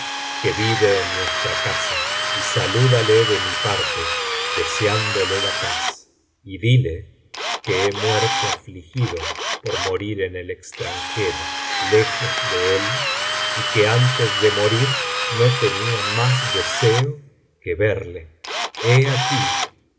que vive en nuestra casa y salúdale de mi parte deseándole la paz y dile que he muerto afligido por morir en el extranjero lejos de él y que antes de morir no tenía más deseo que verle he aquí